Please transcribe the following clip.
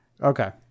Okay